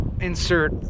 insert